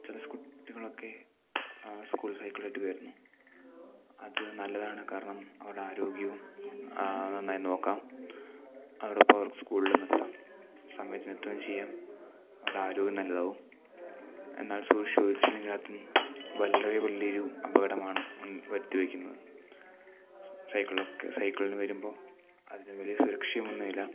ചില സ്കൂൾ കുട്ടികളൊക്കെ സ്കൂൾ സൈക്കിളായിട്ട് വരുന്നു അത് നല്ലതാണ് കാരണം അവരുടെ ആരോഗ്യവും നന്നായി നോക്കാം അതോടൊപ്പം അവർ സ്കൂളിലുമെത്താം സമയത്തിന് എത്തുകയും ചെയ്യാം അവരുടെ ആരോഗ്യം നല്ലതാവും എന്നാൽ സൂഷിച്ചു ഓടിച്ചില്ലെങ്കിൽ അതും വളരെ വലിയ ഒരു അപകടമാണ് വരുത്തി വയ്ക്കുന്നത് സൈക്കിളൊക്കെ സൈക്കിളിന് വരുമ്പോൾ അതിന് വലിയ സുരക്ഷയൊന്നും ഇല്ല